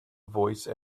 voice